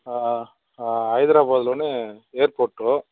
హైదరాబాదులోనే airport